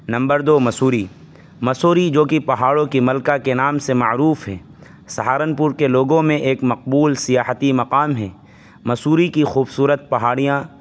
number دو مسوری مسوری جو کہ پہاڑوں کی ملکہ کے نام سے معروف ہے سہارنپور کے لوگوں میں ایک مقبول سیاحتی مقام ہے مسوری کی خوبصورت پہاڑیاں